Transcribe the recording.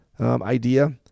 idea